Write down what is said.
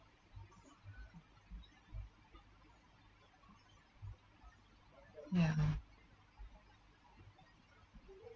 ya